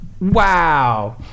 Wow